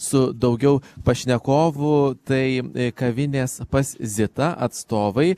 su daugiau pašnekovų tai kavinės pas zita atstovai